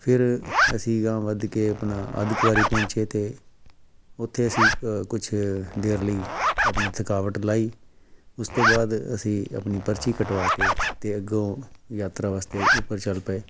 ਫਿਰ ਅਸੀਂ ਅਗਾਂਹ ਵੱਧ ਕੇ ਆਪਣਾ ਅਧ ਕਵਾਰੀ ਪਹੁੰਚੇ ਅਤੇ ਉੱਥੇ ਅਸੀਂ ਕੁਛ ਦੇਰ ਲਈ ਆਪਣੀ ਥਕਾਵਟ ਲਾਈ ਉਸ ਤੋਂ ਬਾਅਦ ਅਸੀਂ ਆਪਣੀ ਪਰਚੀ ਕਟਵਾ ਕੇ ਅਤੇ ਅੱਗੇ ਯਾਤਰਾ ਵਾਸਤੇ ਉੱਪਰ ਚੱਲ ਪਏ